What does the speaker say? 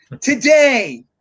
Today